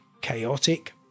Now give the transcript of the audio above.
chaotic